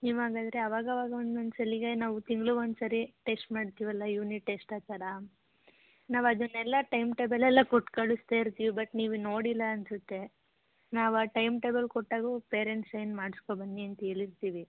ಇವಾಗಾದರೆ ಅವಾಗ ಅವಾಗ ಒಂದೊಂದು ಸಲಗೆ ನಾವು ತಿಂಗ್ಳಿಗ್ ಒಂದು ಸಾರಿ ಟೆಸ್ಟ್ ಮಾಡ್ತೀವಲ್ಲ ಯೂನಿಟ್ ಟೆಸ್ಟ್ ಆ ಥರ ನಾವು ಅದನ್ನೆಲ್ಲ ಟೈಮ್ ಟೇಬಲೆಲ್ಲ ಕೊಟ್ಟು ಕಳಿಸ್ತಾ ಇರ್ತೀವಿ ಬಟ್ ನೀವು ನೋಡಿಲ್ಲ ಅನ್ನಿಸುತ್ತೆ ನಾವು ಆ ಟೈಮ್ ಟೇಬಲ್ ಕೊಟ್ಟಾಗ್ಲೂ ಪೇರೆಂಟ್ಸ್ ಸೈನ್ ಮಾಡಿಸ್ಕೊ ಬನ್ನಿ ಅಂತ ಹೇಳಿರ್ತೀವಿ